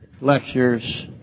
lectures